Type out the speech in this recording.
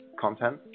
content